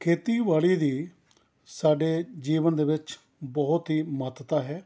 ਖੇਤੀਬਾੜੀ ਦੀ ਸਾਡੇ ਜੀਵਨ ਦੇ ਵਿੱਚ ਬਹੁਤ ਹੀ ਮਹੱਤਤਾ ਹੈ